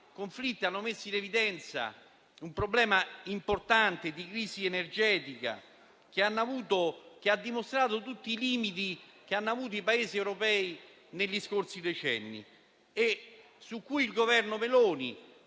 conflitti hanno messo in evidenza un problema importante di crisi energetica, che ha dimostrato tutti i limiti dei Paesi europei negli scorsi decenni e su cui il Governo Meloni